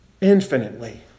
infinitely